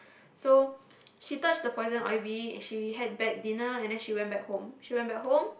so she touched the poison ivy she had bad dinner and then she went back home she went back home